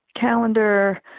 calendar